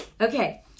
Okay